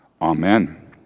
Amen